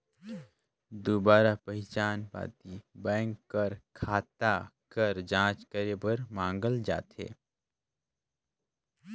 दुबारा पहिचान पाती बेंक कर खाता कर जांच करे बर मांगल जाथे